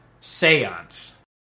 Seance